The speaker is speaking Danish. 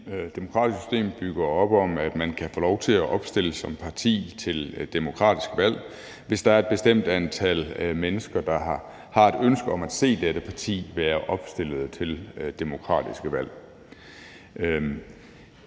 demokratiske system bygger op om, at man kan få lov til at opstille som parti til et demokratisk valg, hvis der er et bestemt antal mennesker, der har et ønske om at se dette parti være opstillet til demokratiske valg.